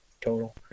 total